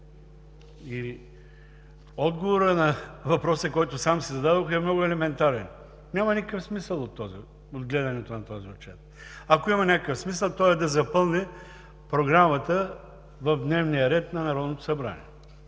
Отговорът на въпроса, който сам си зададох, е много елементарен – няма никакъв смисъл от гледането на този отчет. Ако има някакъв смисъл, той е да запълни програмата в дневния ред на Народното събрание.